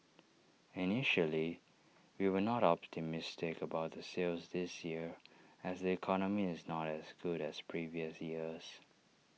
initially we were not optimistic about the sales this year as the economy is not as good as previous years